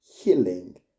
healing